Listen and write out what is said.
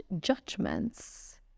judgments